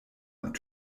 und